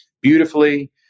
beautifully